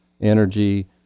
energy